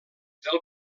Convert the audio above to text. del